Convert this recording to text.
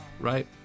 right